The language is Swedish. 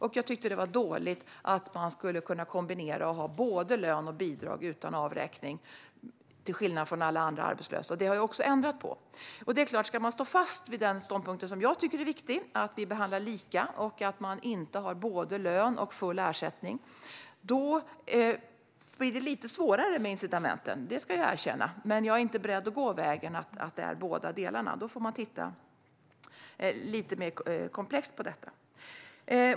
Och jag tycker att det var dåligt att man, till skillnad från alla andra arbetslösa, kunde ha både lön och bidrag utan avräkning. Detta har vi också ändrat på. Om jag ska stå fast vid den ståndpunkt som jag tycker är viktig, att vi behandlar lika och att man inte ska kunna ha både lön och full ersättning, blir det lite svårare med incitamenten, ska jag erkänna. Men jag är inte beredd att gå vägen att man ska kunna få båda delarna. Detta får vi titta lite extra på.